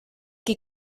qui